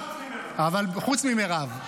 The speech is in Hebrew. חוץ ממירב.